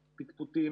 פטפוטים,